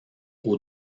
aux